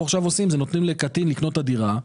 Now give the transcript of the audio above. עכשיו עושים זה נותנים לקטין לקנות את הדירה.